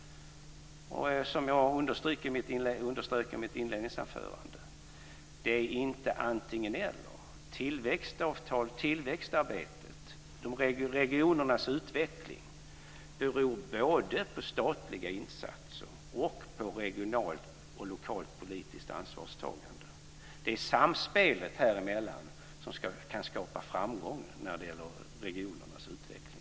Som jag underströk i mitt inledningsanförande är det inte fråga om antingen-eller. Tillväxtarbetet och regionernas utveckling beror både på statliga insatser och på regionalt och lokalt politiskt ansvarstagande. Det är det samspelet som kan skapa framgång när det gäller regionernas utveckling.